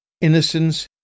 Innocence